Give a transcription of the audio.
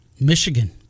Michigan